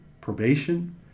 probation